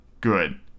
good